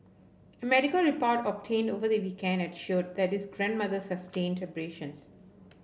a medical report obtained over the weekend had showed that his grandmother sustained abrasions